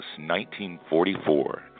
1944